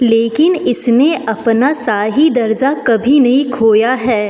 लेकिन इसने अपना शाही दर्जा कभी नहीं खोया है